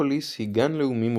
הנקרופוליס היא גן לאומי מוכרז,